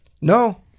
No